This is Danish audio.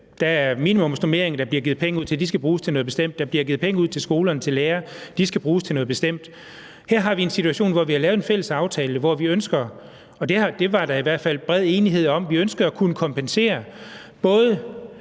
ingenting kan. De penge, der bliver givet til minimumsnormeringer, skal bruges til noget bestemt. Der bliver givet penge til skolerne til lærerne, og de skal bruges til noget bestemt. Her har vi en situation, hvor vi har lavet en fælles aftale om, at vi ønsker – det var der i hvert fald bred enighed om – at kompensere både